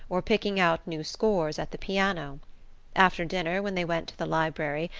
or picking out new scores at the piano after dinner, when they went to the library,